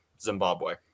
Zimbabwe